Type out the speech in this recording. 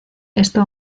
esto